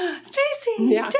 Stacy